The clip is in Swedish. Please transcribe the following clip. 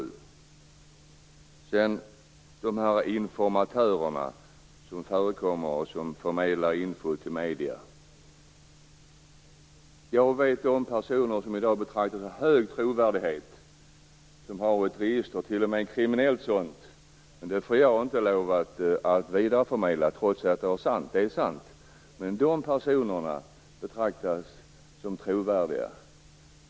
Jag vill också ta upp de här informatörerna som förekommer och som förmedlar information till medierna. Jag vet om personer som i dag betraktas med hög trovärdighet, men som har ett register, t.o.m. ett kriminellt sådant. Det får jag dock inte lov att vidareförmedla, trots att det är sant. Men dessa personer betraktas som trovärdiga.